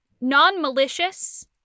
non-malicious